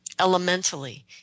Elementally